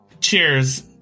Cheers